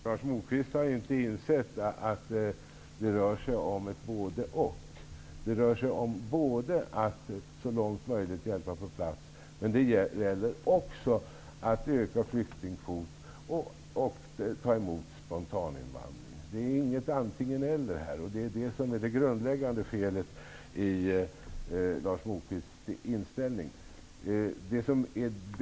Herr talman! Lars Moquist har inte insett att det här rör sig om ett både--och, både så långt möjligt hjälpa på plats och att öka flyktingkvoten samt ta emot spontaninvandring. Det finns här inget antingen--eller. Det är detta som är det grundläggande felet i Lars Moquists inställning.